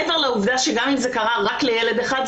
מעבר לעובדה שגם אם זה קרה רק לילד אחד,